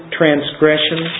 transgression